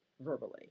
verbally